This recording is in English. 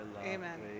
Amen